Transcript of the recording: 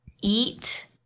eat